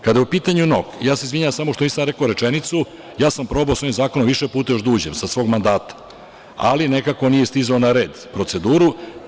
Kada je u pitanju NOK, ja se izvinjavam samo što nisam rekao rečenicu, probao sam sa ovim zakonom više puta da uđem za svog mandata, ali nekako nije stizao na red u proceduru.